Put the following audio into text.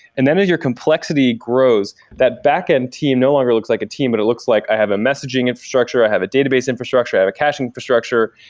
and then as your complexity grows, that backend team no longer looks like a team, but it looks like i have a messaging infrastructure, i have a database infrastructure, i have a caching infrastructure,